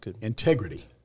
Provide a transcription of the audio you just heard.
integrity